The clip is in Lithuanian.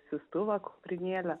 siųstuvą kuprinėlę